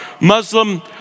Muslim